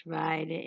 right